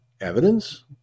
evidence